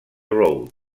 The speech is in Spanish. road